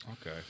Okay